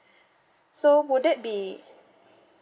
so would that be it